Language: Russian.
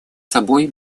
собой